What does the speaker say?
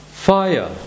Fire